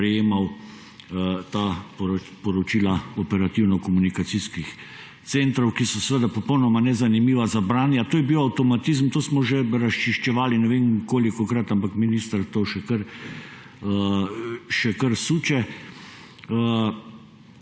prejemal ta poročila operativno-komunikacijskih centrov, ki so popolnoma nezanimiva za branja. To je bil avtomatizem, to smo razčiščevali že ne vem kolikokrat, ampak minister to še kar suče.